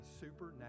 supernatural